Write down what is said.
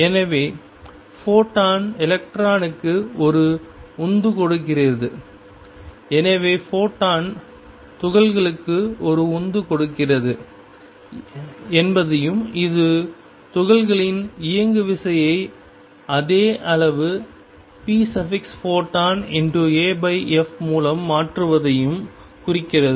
எனவே ஃபோட்டான் எலக்ட்ரானுக்கு ஒரு உந்து கொடுக்கிறது எனவே ஃபோட்டான் துகள்களுக்கு ஒரு உந்து கொடுக்கிறது என்பதையும் இது துகள்களின் இயங்குவிசை அதே அளவு pphotonaf மூலம் மாற்றுவதையும் குறிக்கிறது